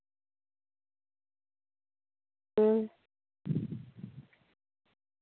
ᱦᱩᱸ